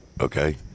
okay